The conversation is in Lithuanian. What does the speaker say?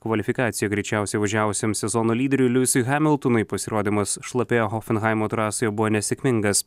kvalifikacijoj greičiausiai važiavusiam sezono lyderiui luisui hamiltonui pasirodymas šlapioje hofenhaimo trasoje buvo nesėkmingas